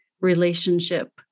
relationship